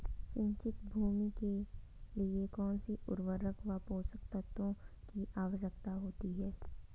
सिंचित भूमि के लिए कौन सी उर्वरक व पोषक तत्वों की आवश्यकता होती है?